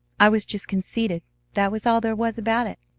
i was just conceited that was all there was about it.